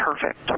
perfect